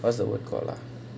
what's the word called ah